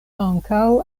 ankaŭ